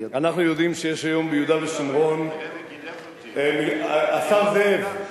אנחנו יודעים שיש היום ביהודה ושומרון, השר זאב,